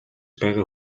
байгаа